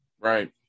Right